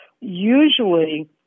usually